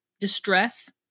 distress